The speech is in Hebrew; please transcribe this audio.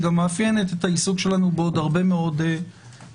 שגם מאפיינת את העיסוק שלנו בעוד הרבה מאוד תחומים,